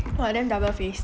!wah! damn double face